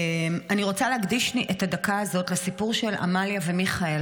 אני רוצה להקדיש את הדקה הזאת לסיפור של עמליה ומיכאל,